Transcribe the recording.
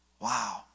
Wow